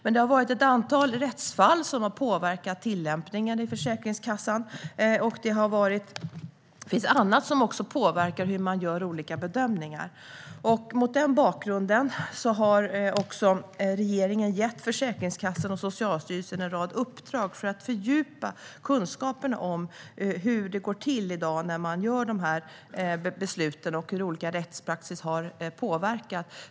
Men det har varit ett antal rättsfall som har påverkat tillämpningen i Försäkringskassan. Det finns annat som också påverkar hur man gör olika bedömningar. Mot den bakgrunden har regeringen gett Försäkringskassan och Socialstyrelsen en rad uppdrag för att fördjupa kunskaperna om hur det går till i dag när man fattar besluten och hur olika rättspraxis har påverkat.